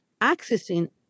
accessing